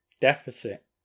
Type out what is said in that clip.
deficit